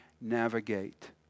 navigate